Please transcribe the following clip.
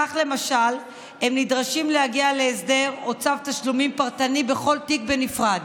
כך למשל הם נדרשים להגיע להסדר הוצל"פ תשלומים פרטני בכל תיק בנפרד,